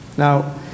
Now